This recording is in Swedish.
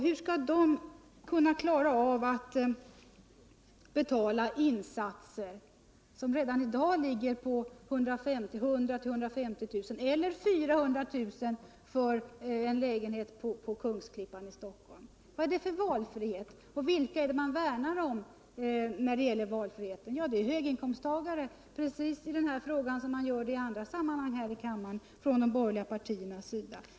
Hur skall de kunna klara av insatser som redan i dag ligger på 100 000-150 000 kr. — 1. o. m. 400 000 kr. för en lägenhet på Kungsklippan i Stockholm? Vad är det för valfrihet, vilka är det man värnar om med den valfriheten? Jo, det är höginkomsttagarna som de borgerliga partierna vill gynna i det här sammanhanget precis som i andra.